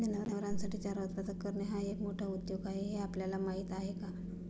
जनावरांसाठी चारा उत्पादन करणे हा एक मोठा उद्योग आहे हे आपल्याला माहीत आहे का?